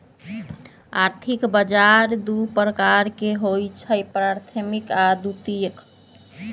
आर्थिक बजार दू प्रकार के होइ छइ प्राथमिक आऽ द्वितीयक